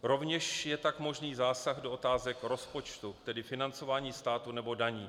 Rovněž je tak možný zásah do otázek rozpočtu, tedy financování státu nebo daní.